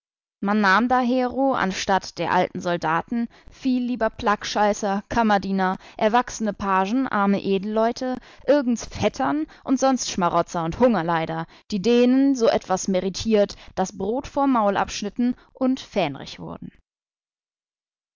man nahm dahero anstatt der alten soldaten viel lieber plackscheißer kammerdiener erwachsene pagen arme edelleute irgends vettern und sonst schmarotzer und hungerleider die denen so etwas meritiert das brod vorm maul abschnitten und fähnrich wurden